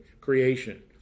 creation